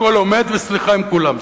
הכול עומד, וסליחה עם כולם.